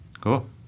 Cool